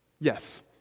Yes